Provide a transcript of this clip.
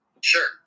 Sure